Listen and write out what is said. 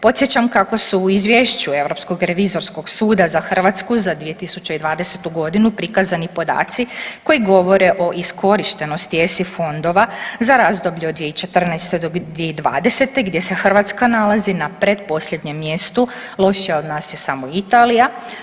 Podsjećam kako su u izvješću Europskog revizorskog suda za Hrvatsku za 2020. godinu prikazani podaci koji govore o iskorištenosti ESI fondova za razdoblje od 2014. do 2020. gdje se Hrvatska nalazi na pretposljednjem mjestu, lošija od nas je samo Italija.